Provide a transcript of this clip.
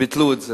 וביטלו את זה.